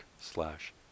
slash